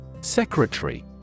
Secretary